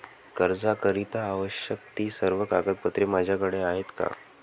कर्जाकरीता आवश्यक ति सर्व कागदपत्रे माझ्याकडे आहेत का?